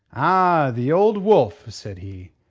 ah! the old wolf! said he.